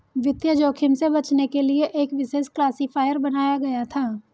वित्तीय जोखिम से बचने के लिए एक विशेष क्लासिफ़ायर बनाया गया था